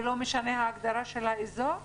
ולא משנה ההגדה של האזור?